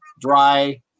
dry